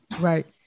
Right